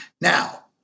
Now